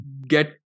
get